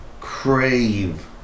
Crave